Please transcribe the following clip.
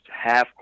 half